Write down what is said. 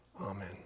Amen